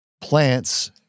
Plants